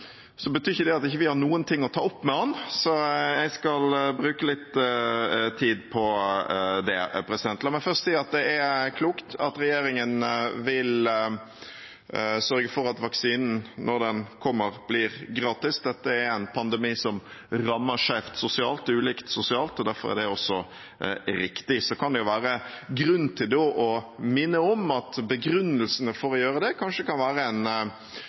Så betyr ikke det at vi ikke har noe å ta opp med ham, og jeg skal bruke litt tid på det. La meg først si at det er klokt at regjeringen vil sørge for at vaksinen, når den kommer, blir gratis. Dette er en pandemi som rammer skjevt og ulikt sosialt. Derfor er det også riktig. Det kan være grunn til å minne om at begrunnelsen for å gjøre det, kan være en